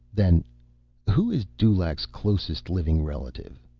then who is dulaq's closest living relative?